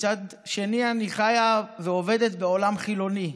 ומצד שני אני חיה ועובדת בעולם חילוני,